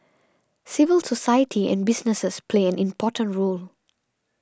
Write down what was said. civil society and businesses play an important role